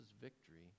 victory